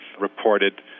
reported